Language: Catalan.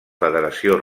federació